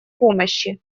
помощи